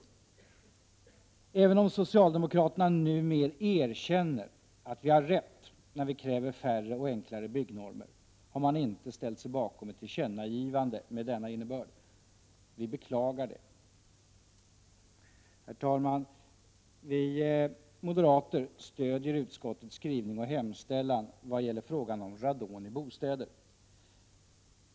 Även om socialdemokraterna numer erkänner att vi har rätt när vi kräver färre och enklare byggnormer, har de inte ställt sig bakom ett tillkännagivande med denna innebörd. Vi beklagar detta. Herr talman! Vi moderater stöder utskottets skrivning och hemställan vad gäller frågan om radon i bostäder.